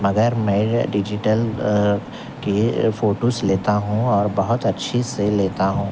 مگر میں ڈیجٹل کے فوٹوز لیتا ہوں اور بہت اچھی سے لیتا ہوں